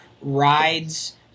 rides